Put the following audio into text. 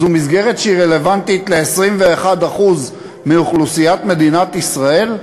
זאת מסגרת שהיא רלוונטית ל-21% מאוכלוסיית מדינת ישראל?